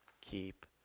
keep